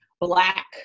black